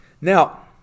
Now